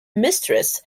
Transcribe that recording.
mistress